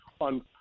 on –